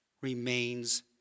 remains